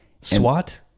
SWAT